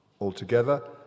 Altogether